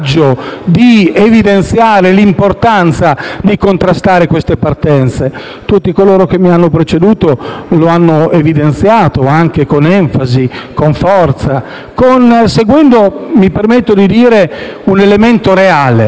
di evidenziare l'importanza di contrastare queste partenze. Tutti coloro che mi hanno preceduto lo hanno evidenziato, anche con enfasi e con forza, e seguendo, mi permetto di dire, un elemento reale: